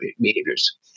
behaviors